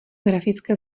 grafické